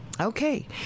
Okay